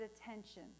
attention